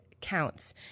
counts